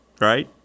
Right